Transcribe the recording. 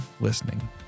listening